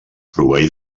proveir